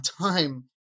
time